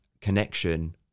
connection